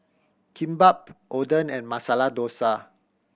Kimbap Oden and Masala Dosa